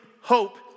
hope